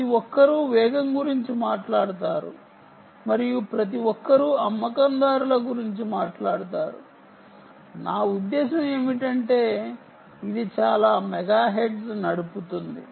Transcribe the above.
ప్రతి ఒక్కరూ వేగం గురించి మాట్లాడుతారు మరియు ప్రతి ఒక్కరూ అమ్మకందారుల గురించి మాట్లాడుతారు నా ఉద్దేశ్యం ఏమిటంటే ఇది చాలా మెగాహెర్ట్జ్ నడుపుతుంది